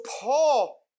Paul